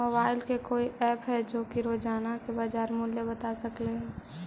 Mobile के कोइ app है जो कि रोजाना के बाजार मुलय बता सकले हे?